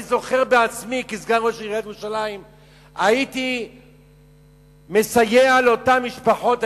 אני זוכר בעצמי שכסגן ראש עיריית ירושלים הייתי מסייע לאותן משפחות,